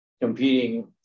competing